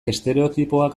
estereotipoak